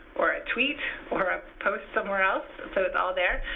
or a tweet, or a post somewhere else. so it's all there.